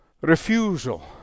refusal